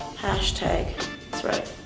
hashtag, that's right.